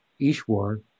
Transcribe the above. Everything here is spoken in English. Ishwar